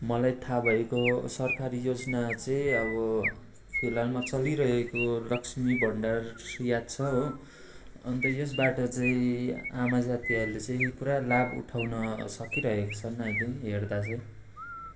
मलाई थाहा भएको सरकारी योजना चाहिँ अब फिलहालमा चलिरहेको लक्ष्मी भण्डार श्री याद छ हो अन्त यसबाट चाहिँ आमा जातिहरूले चाहिँ पुरा लाभ उठाउन सकिरहेका छन् अहिले हेर्दा चाहिँ